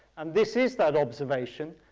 and this is that observation.